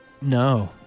No